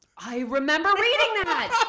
i remember reading that.